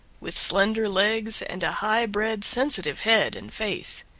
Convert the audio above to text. with slender legs and a high-bred sensitive head and face.